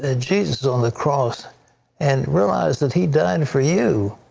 ah jesus on the cross and realize that he died for you,